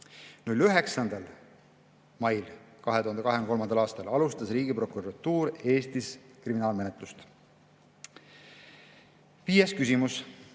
9. mail 2023. aastal alustas Riigiprokuratuur Eestis kriminaalmenetlust. Viies küsimus: